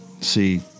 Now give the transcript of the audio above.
see